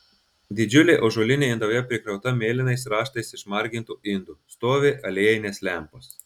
didžiulė ąžuolinė indauja prikrauta mėlynais raštais išmargintų indų stovi aliejinės lempos